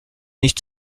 nicht